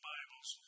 Bibles